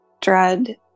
dread